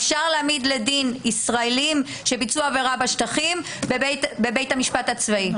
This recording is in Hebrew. אפשר להעמיד לדין ישראלים שביצעו עבירה בשטחים בבית המשפט הצבאי.